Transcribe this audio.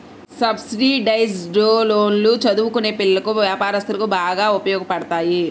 subsidised లోన్లు చదువుకునే పిల్లలకి, వ్యాపారస్తులకు బాగా ఉపయోగపడతాయి